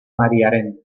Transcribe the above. mariaren